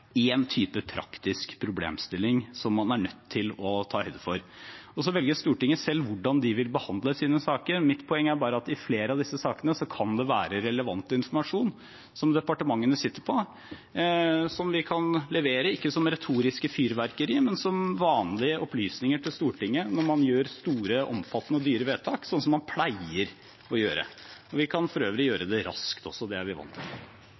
bare at i flere av disse sakene kan det være relevant informasjon departementene sitter på som vi kan levere, ikke som et retorisk fyrverkeri, men som vanlige opplysninger til Stortinget når man gjør store, omfattende og dyre vedtak – sånn som man pleier å gjøre. Vi kan for øvrig gjøre det raskt også. Det er vi vant til.